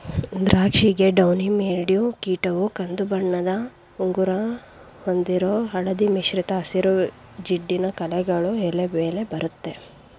ದ್ರಾಕ್ಷಿಗೆ downy mildew ಕೀಟವು ಕಂದುಬಣ್ಣದ ಉಂಗುರ ಹೊಂದಿರೋ ಹಳದಿ ಮಿಶ್ರಿತ ಹಸಿರು ಜಿಡ್ಡಿನ ಕಲೆಗಳು ಎಲೆ ಮೇಲೆ ಬರತ್ತೆ